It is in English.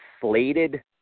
slated